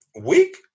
week